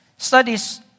studies